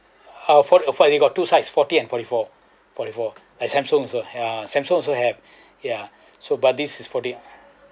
uh phone phone got two sizes forty and forty four forty four my Samsung also ya Samsung also have ya so but this is forty